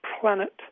planet